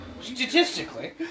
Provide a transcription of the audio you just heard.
statistically